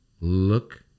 look